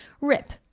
rip